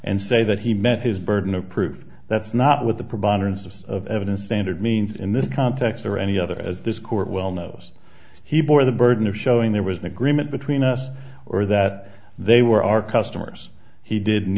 and say that he met his burden of proof that's not what the proponents of of evidence standard means in this context or any other as this court well knows he bore the burden of showing there was an agreement between us or that they were our customers he did